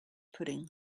pudding